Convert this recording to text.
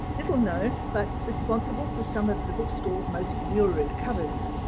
little known but responsible for some of the bookstall's most lurid covers.